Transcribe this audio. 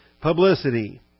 publicity